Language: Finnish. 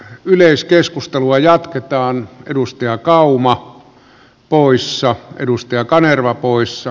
yleiskeskustelua jatketaan edustajat kauma poissa edustaja kanerva puolella